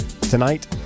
Tonight